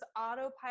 autopilot